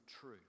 true